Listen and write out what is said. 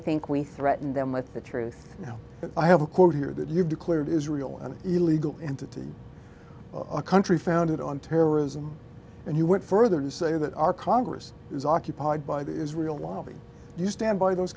think we threaten them with the truth now but i have a quote here that you declared israel an illegal entity a country founded on terrorism and you went further to say that our congress is occupied by the israel lobby you stand by those